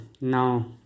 now